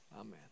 Amen